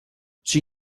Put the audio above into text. she